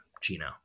Gino